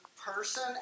person